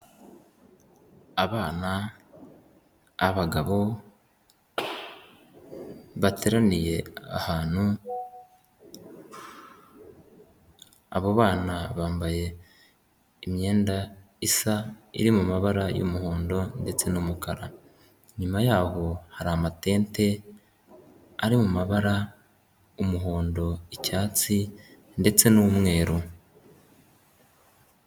Abana, abagabo, bateraniye ahantu, abo bana bambaye imyenda isa iri mu mabara y'umuhondo ndetse n'umukara, inyuma yaho hari amatente ari mu mabara umuhondo, icyatsi ndetse n'umweru.